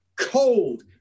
cold